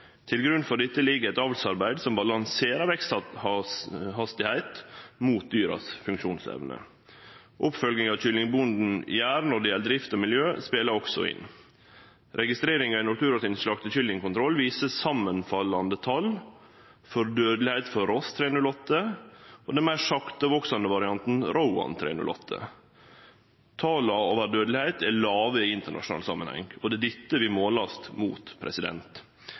Til grunn for dette ligg eit avlsarbeid som balanserer veksthastigheit med dyras funksjonsevne. Oppfølging av kyllingbonden når det gjeld drift og miljø, spelar også inn. Registreringar i Nortura sin slaktekyllingkontroll viser samanfallande tal for dødelegheit for Ross 308 og den meir sakteveksande varianten Rowan 308. Tala over dødelegheit er låge i internasjonal samanheng, og det er dette vi vert målte mot.